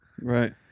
right